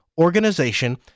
organization